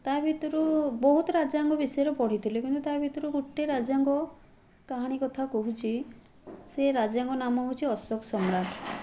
ତା' ଭିତରୁ ବହୁତ ରାଜାଙ୍କ ବିଷୟରେ ପଢ଼ିଥିଲୁ ତା' ଭିତରୁ ଗୋଟେ ରାଜାଙ୍କ କାହାଣୀ କଥା କହୁଛି ସେ ରାଜାଙ୍କ ନାମ ହେଉଛି ଅଶୋକ ସମ୍ରାଟ୍